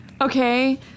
Okay